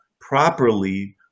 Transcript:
properly